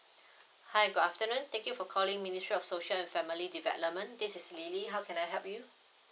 hi good afternoon thank you for calling ministry of social and family development this is lily how can I help you